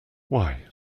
why